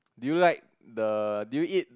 do you like the do you eat